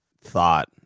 thought